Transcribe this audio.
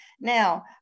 Now